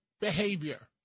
behavior